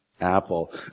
apple